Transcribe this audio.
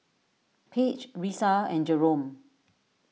Page Risa and Jerome